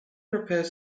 repairs